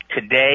today